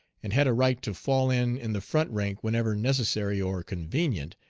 and had a right to fall in in the front rank whenever necessary or convenient,